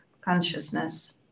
consciousness